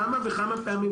כמה וכמה פעמים,